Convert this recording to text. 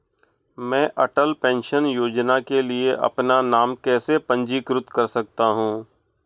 मैं अटल पेंशन योजना के लिए अपना नाम कैसे पंजीकृत कर सकता हूं?